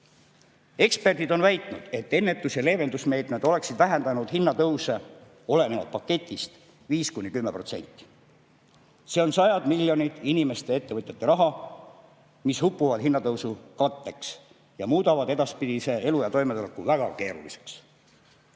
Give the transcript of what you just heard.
Eksperdid on väitnud, et ennetus- ja leevendusmeetmed oleksid vähendanud hinnatõuse olenevalt paketist 5–10%. See on sajad miljonid inimeste ja ettevõtjate raha, mis upub hinnatõusu katteks ning muudab edaspidise elu ja toimetuleku väga keeruliseks.